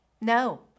No